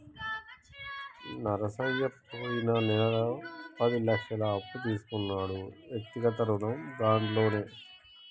నరసయ్య పోయిన నెలలో పది లక్షల అప్పు తీసుకున్నాడు వ్యక్తిగత రుణం దాంట్లోనే